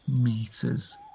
meters